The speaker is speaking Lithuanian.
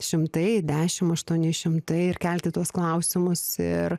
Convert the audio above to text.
šimtai dešimt aštuoni šimtai ir kelti tuos klausimus ir